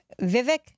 Vivek